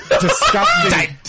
disgusting